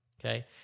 okay